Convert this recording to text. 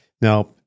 now